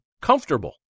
comfortable